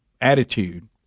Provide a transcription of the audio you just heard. attitude